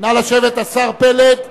השר פלד,